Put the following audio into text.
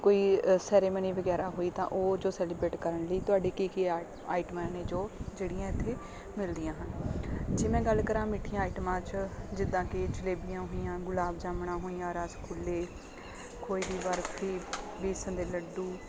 ਕੋਈ ਸੈਰੇਮਨੀ ਵਗੈਰਾ ਹੋਈ ਤਾਂ ਉਹ ਜੋ ਸੈਲੀਬਰੇਟ ਕਰਨ ਲਈ ਤੁਹਾਡੀ ਕੀ ਕੀ ਆਈ ਆਈਟਮਾਂ ਨੇ ਜੋ ਜਿਹੜੀਆਂ ਇੱਥੇ ਮਿਲਦੀਆਂ ਹਨ ਜੇ ਮੈਂ ਗੱਲ ਕਰਾਂ ਮਿੱਠੀਆਂ ਆਈਟਮਾਂ 'ਚ ਜਿੱਦਾਂ ਕਿ ਜਲੇਬੀਆਂ ਹੋਈਆਂ ਗੁਲਾਬ ਜਾਮਣਾਂ ਹੋਈਆਂ ਰਸਗੁੱਲੇ ਖੋਏ ਦੀ ਬਰਫੀ ਬੇਸਣ ਦੇ ਲੱਡੂ